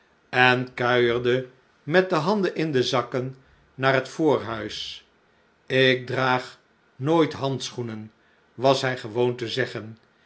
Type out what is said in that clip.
en kuierde met de handen in de zakken naar het voorhuis ik draag nooit handschoenen was hij gewoon te zeggen